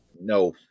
No